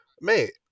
mate